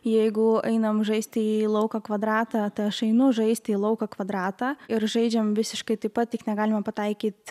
jeigu einam žaisti į lauką kvadratą aš einu žaisti į lauką kvadratą ir žaidžiam visiškai taip pat tik negalima pataikyt